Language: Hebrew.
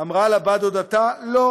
ובת דודתה אמרה: "לא,